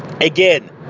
Again